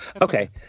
Okay